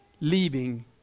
leaving